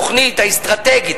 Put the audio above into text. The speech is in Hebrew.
התוכנית האסטרטגית,